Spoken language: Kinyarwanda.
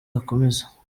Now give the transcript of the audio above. yakomeza